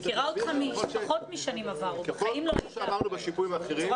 כפי שאמרנו בשיפויים האחרים,